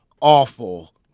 awful